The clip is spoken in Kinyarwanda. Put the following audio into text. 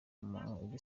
n’umuntu